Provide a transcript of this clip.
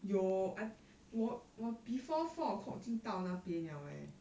有 I 我我 before four o'clock 经到那边 liao eh